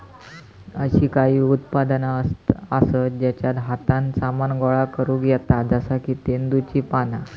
अशी काही उत्पादना आसत जेच्यात हातान सामान गोळा करुक येता जसा की तेंदुची पाना